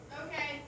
Okay